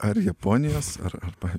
ar japonijos ar arba